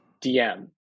DM